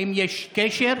האם יש קשר?